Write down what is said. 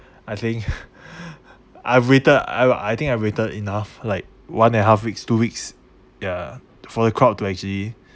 I think I've waited I I think I waited enough like one and a half weeks two weeks ya for the crowd to actually